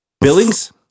Billings